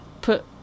put